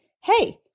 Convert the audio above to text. hey